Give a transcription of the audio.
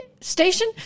station